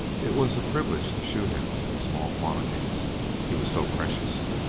it was a privilege to shoot him in small quantities he was so precious.